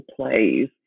plays